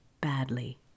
badly